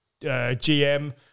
GM